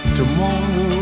tomorrow